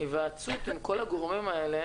היוועצות עם כל הגורמים האלה,